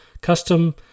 Custom